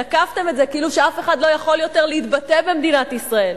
שתקפתם את זה כאילו אף אחד לא יכול יותר להתבטא במדינת ישראל.